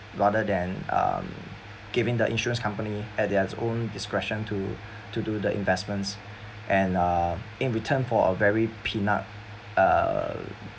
rather than um giving the insurance company at their own discretion to to do the investments and uh in return for a very peanut uh